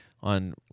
on